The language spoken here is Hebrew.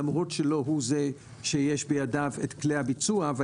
למרות שלא הוא זה שיש בידיו את כלי הביצוע אבל